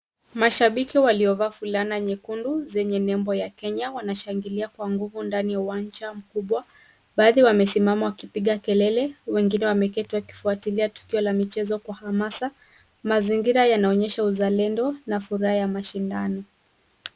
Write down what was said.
Mashabiki waliovaa fulana nyekundu zenye nembo ya Kenya wanashangilia kwa nguvu ndani ya uwanja. baadhi wamesimama wakipiga kelele wengine wameketi wakifuatilia tukio la michezo kwa hamasa. Mazingira yanaonyesha uzalendo na furaha ya mashindano.